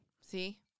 See